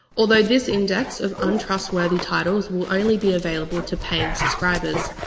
although this index of untrustworthy titles will only be available to paying subscribers.